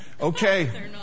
okay